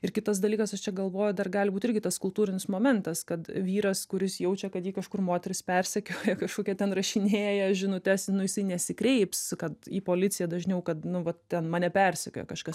ir kitas dalykas aš čia galvoju dar gali būt irgi tas kultūrinis momentas kad vyras kuris jaučia kad jį kažkur moteris persekiojo kažkokia ten rašinėja žinutes nu jisai nesikreips kad į policiją dažniau kad nu vat ten mane persekiojo kažkas